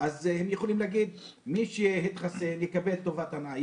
הם יכולים להגיד שמי שהתחסן, יקבל טובת הנאה.